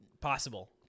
Possible